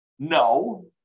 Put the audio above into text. No